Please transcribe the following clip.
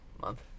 month